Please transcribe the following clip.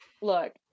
Look